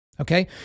Okay